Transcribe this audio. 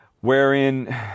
wherein